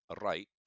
right